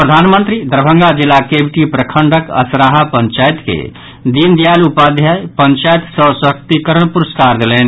प्रधानमंत्री दरभंगा जिलाक केवटी प्रखंडक असराहा पंचायत के दीनदयाल उपाध्याय पंचायत सशक्तिकरण पुरस्कार देलनि